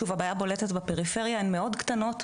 שוב הבעיה בולטת בפריפריה הן מאוד קטנות,